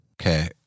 Okay